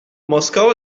moskau